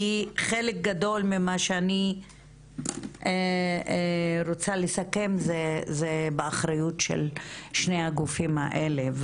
כי חלק גדול ממה שאני רוצה לסכם זה באחריות של שני הגופים האלה.